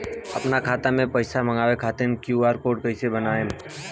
आपन खाता मे पईसा मँगवावे खातिर क्यू.आर कोड कईसे बनाएम?